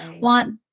want